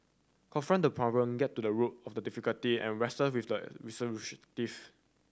confront the problem get to the root of the difficulty and wrestle with the